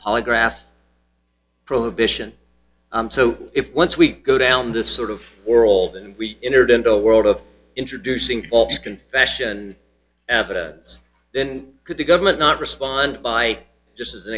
polygraph prohibition so if once we go down this sort of or old and we entered into a world of introducing false confession evidence then could the government not respond by just as an